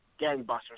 gangbusters